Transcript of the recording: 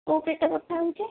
କୋଉ ପେଟ ବଥା ହେଉଛି